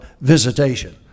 visitation